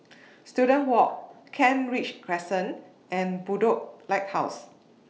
Student Walk Kent Ridge Crescent and Bedok Lighthouse